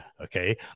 Okay